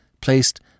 placed